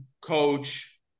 coach